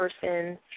person